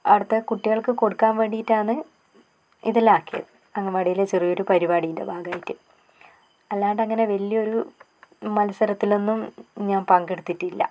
അവിടുത്തെ കുട്ടികൾക്ക് കൊടുക്കാൻ വേണ്ടിയിട്ടാന്ന് ഇതെല്ലാമാക്കിയത് അങ്കവാടിയിലെ ചെറിയ ഒരു പരിപാടീൻ്റെ ഭാഗമായിട്ട് അല്ലാണ്ട് അങ്ങനെ വലിയ ഒരു മത്സരത്തിലൊന്നും ഞാൻ പങ്കെടുത്തിട്ടില്ല